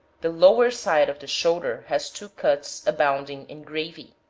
the lower side of the shoulder has two cuts abounding in gravy.